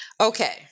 Okay